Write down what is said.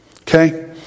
Okay